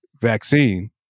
vaccine